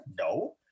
No